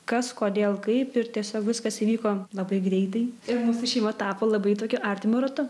kas kodėl kaip ir tiesiog viskas įvyko labai greitai ir mūsų šeima tapo labai tokiu artimu ratu